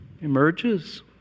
emerges